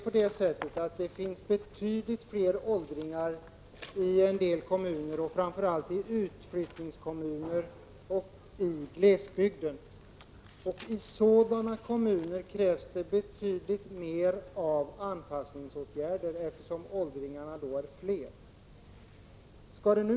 Självfallet krävs det betydligt mer av anpassningsåtgärder i kommuner med många åldringar, och till dessa kommuner hör framför allt utflyttningskommuner och kommuner i glesbygden.